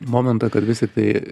momentą kad vis tiktai